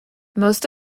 most